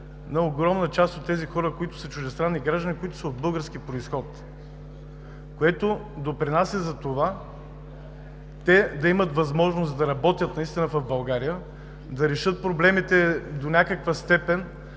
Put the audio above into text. на огромна част от тези хора, които са чуждестранни граждани от български произход, което допринася за това, те да имат възможност да работят наистина в България, да решат проблемите до някаква степен